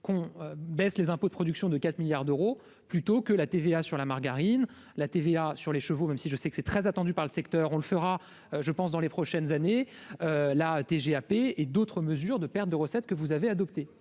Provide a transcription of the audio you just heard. qu'on baisse les impôts de production de 4 milliards d'euros, plutôt que la TVA sur la margarine, la TVA sur les chevaux, même si je sais que c'est très attendu par le secteur, on le fera je pense dans les prochaines années, la TGAP et d'autres mesures de perte de recettes que vous avez adopté